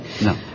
No